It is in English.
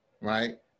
right